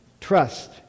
trust